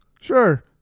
Sure